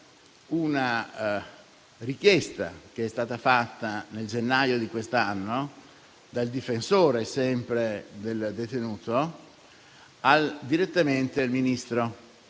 una richiesta che è stata fatta nel gennaio di quest'anno, sempre dal difensore del detenuto, direttamente al Ministro,